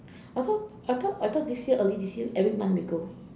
I thought I thought I thought this year early this year every month we go